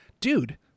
Dude